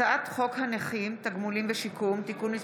הצעת חוק הנכים (תגמולים ושיקום) (תיקון מס'